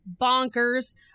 Bonkers